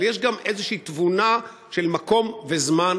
אבל יש גם איזושהי תבונה של מקום וזמן,